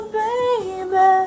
baby